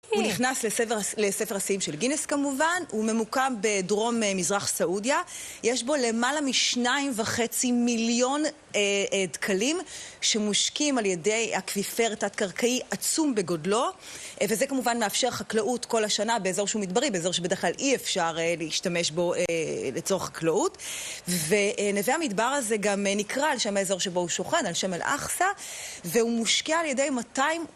הוא נכנס לספר השיאים של גינס כמובן, הוא ממוקם בדרום מזרח סעודיה, יש בו למעלה משניים וחצי מיליון דקלים, שמושקים על ידי אקוויפר תת-קרקעי עצום בגודלו, וזה כמובן מאפשר חקלאות כל השנה באזור שהוא מדברי, באזור שבדרך כלל אי אפשר להשתמש בו לצורך חקלאות, ונווה המדבר הזה גם נקרא על שם האזור שבו הוא שוכן, על שם אל אחסה, והוא מושקע על ידי מאתיים...